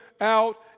out